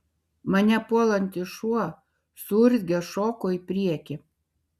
mane puolantis šuo suurzgęs šoko į priekį